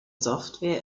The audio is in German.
software